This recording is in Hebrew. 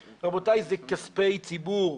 רבותיי, זה כספי ציבור.